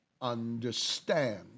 understand